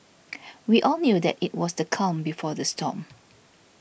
we all knew that it was the calm before the storm